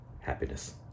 Happiness